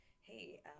Hey